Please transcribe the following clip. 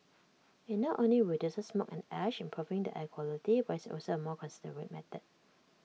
IT not only reduces smoke and ash improving the air quality but is also A more considerate method